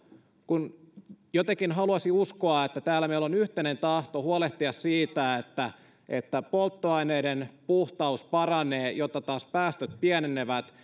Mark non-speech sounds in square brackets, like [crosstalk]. kun jotenkin haluaisin uskoa että täällä meillä on yhteinen tahto huolehtia siitä että että polttoaineiden puhtaus paranee jotta taas päästöt pienenevät [unintelligible]